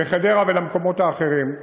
לחדרה ולמקומות אחרים.